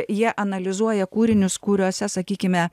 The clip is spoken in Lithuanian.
jie analizuoja kūrinius kuriuose sakykime